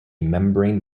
membrane